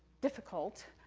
difficult,